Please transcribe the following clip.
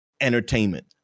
entertainment